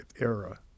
era